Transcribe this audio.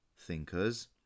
thinkers